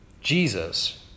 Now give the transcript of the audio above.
Jesus